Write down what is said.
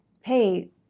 hey